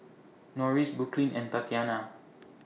Norris Brooklynn and Tatyana